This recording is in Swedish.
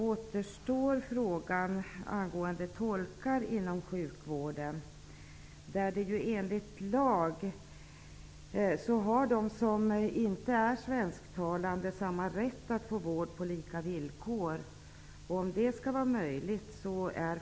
Återstår frågan angående tolkar inom sjukvården. Enligt lag har de som inte är svensktalande samma rätt som vi andra att få vård på lika villkor.